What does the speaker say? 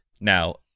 Now